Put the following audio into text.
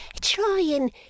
trying